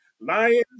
Lions